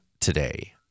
today